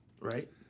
right